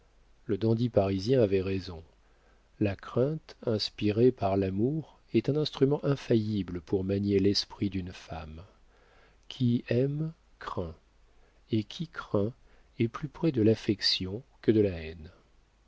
le dandy parisien avait raison la crainte inspirée par l'amour est un instrument infaillible pour manier l'esprit d'une femme qui aime craint et qui craint est plus près de l'affection que de la haine